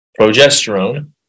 progesterone